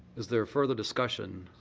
is there a further discussion